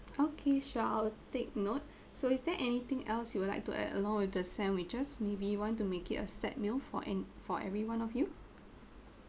okay sure I will take note so is there anything else you would like to add along with the sandwiches maybe you want to make it a set meal for an for everyone of you